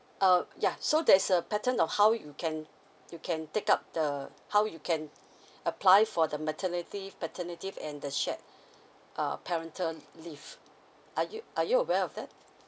um yeah so there is a pattern of how you can you can take up the how you can apply for the maternity paternity and the shared uh parental leave are you are you aware of that